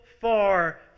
far